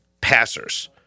passers